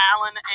Alan